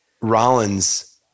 Rollins